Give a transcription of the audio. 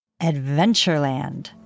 Adventureland